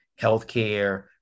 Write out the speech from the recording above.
healthcare